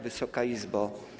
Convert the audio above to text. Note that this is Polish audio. Wysoka Izbo!